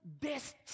best